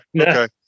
Okay